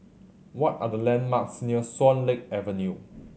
what are the landmarks near Swan Lake Avenue